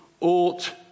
ought